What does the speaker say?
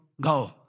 Go